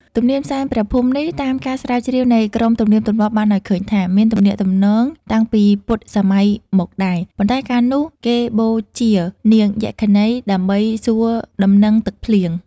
ទំនៀមសែនព្រះភូមិនេះ តាមការស្រាវជ្រាវនៃក្រុមទំនៀមទម្លាប់បានឲ្យឃើញថា មានទំនាក់ទំនងតាំងពីពុទ្ធសម័យមកដែរ ប៉ុន្តែកាលនោះ គេបូជានាងយក្ខិនី ដើម្បីសួរដំណឹងទឹកភ្លៀង ។